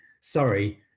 sorry